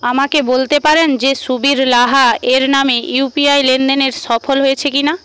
আমাকে বলতে পারেন যে সুবীর লাহা এর নামে ইউপিআই লেনদেন সফল হয়েছে কিনা